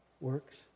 works